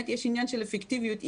יש עניין של אפקטיביות.